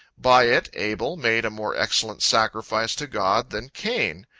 by it abel made a more excellent sacrifice to god than cain.